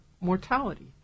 mortality